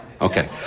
Okay